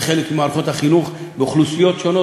בחלק ממערכות החינוך באוכלוסיות שונות,